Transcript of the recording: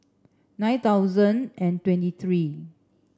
nine thousand and twenty three